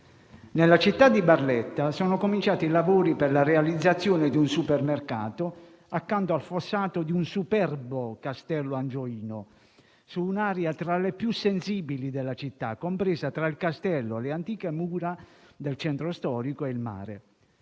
nella città di Barletta sono cominciati i lavori per la realizzazione di un supermercato accanto al fossato di un superbo castello angioino, su un'area tra le più sensibili della città compresa tra il castello, le antiche mura del centro storico e il mare;